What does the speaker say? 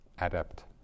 adept